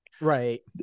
Right